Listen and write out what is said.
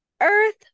Earth